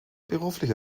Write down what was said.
beruflich